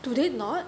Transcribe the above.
do they not